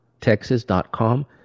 Texas.com